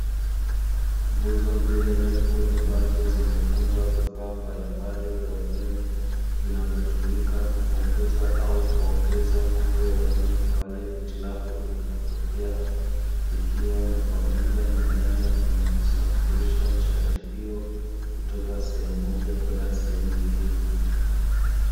Nguzo mbili refu ambazo zimefungwa vifaa mbalimbali vya umeme vinavyotumika kupunguza au kuongeza nguvu ya umeme, pale hitilafu inapotokea ikiwa na pamoja na nyaya zinazosafirisha nishati hiyo kutoka sehemu moja kwenda sehemu nyingine.